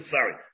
Sorry